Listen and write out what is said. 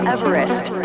Everest